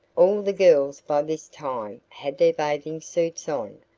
all the girls by this time had their bathing suits on,